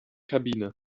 kabine